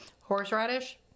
horseradish